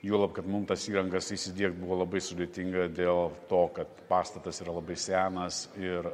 juolab kad mum tas įrangas įsidiegt buvo labai sudėtinga dėl to kad pastatas yra labai senas ir